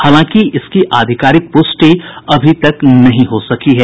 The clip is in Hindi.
हालांकि इसकी आधिकारिक पुष्टि अभी तक नहीं हो सकी है